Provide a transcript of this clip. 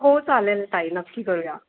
हो चालेल ताई नक्की करूया